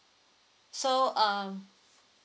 so uh